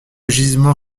gisement